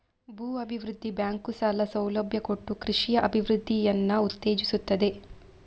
ಭೂ ಅಭಿವೃದ್ಧಿ ಬ್ಯಾಂಕು ಸಾಲ ಸೌಲಭ್ಯ ಕೊಟ್ಟು ಕೃಷಿಯ ಅಭಿವೃದ್ಧಿಯನ್ನ ಉತ್ತೇಜಿಸ್ತದೆ